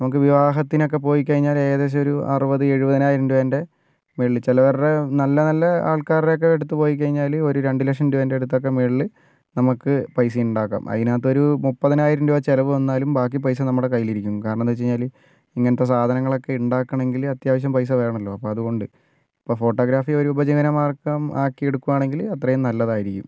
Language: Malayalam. നമുക്ക് വിവാഹത്തിന് ഒക്കെ പോയിക്കഴിഞ്ഞാൽ ഇപ്പം ഏകദേശമൊരു അറുപത് എഴുപതിനായിരം രൂപ എൻ്റെ മുകളിൽ ചിലവരുടെ നല്ല നല്ല ആൾക്കാരുടെ അടുത്ത് പോയിക്കഴിഞ്ഞാൽ ഒരു രണ്ട് ലക്ഷം രൂപയുടെ അടുത്തൊക്കെ മുകളിൽ നമുക്ക് പൈസ ഉണ്ടാക്കാം അതിനകത്തൊരു മുപ്പതിനായിരം ചിലവ് വന്നാലും ബാക്കി പൈസ നമ്മുടെ കൈയിൽ ഇരിക്കും കാരണം എന്താന്നുവെച്ചാൽ ഇങ്ങനത്തെ സാധങ്ങൾ ഒക്കെ ഉണ്ടാകണം എങ്കിൽ അത്യാവശ്യം പൈസ വേണമല്ലോ അതുകൊണ്ട് അപ്പോൾ ഫോട്ടോഗ്രാഫി ഒരു ഉപജീവനമാർഗ്ഗമാക്കി എടുക്കുകയാണെങ്കിൽ അത്രയും നല്ലതായിരിക്കും